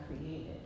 created